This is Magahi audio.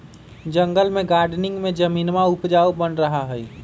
जंगल में गार्डनिंग में जमीनवा उपजाऊ बन रहा हई